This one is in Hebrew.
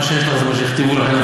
מה שיש לך זה מה שהכתיבו לך.